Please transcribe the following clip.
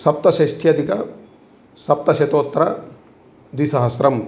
सप्तषष्ठ्यधिक सप्तशतोत्तर द्विसहस्रम्